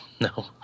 No